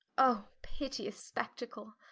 o pitteous spectacle!